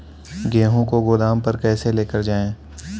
गेहूँ को गोदाम पर कैसे लेकर जाएँ?